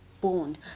bond